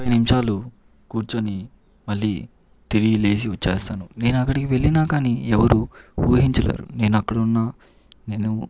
ముప్పై నిమిషాలు కూర్చుని మళ్ళీ తిరిగిలేసి వచ్చేస్తాను నేను అక్కడికి వెళ్ళినా కానీ ఎవరు ఊహించలేరు నేను అక్కడ ఉన్న నేను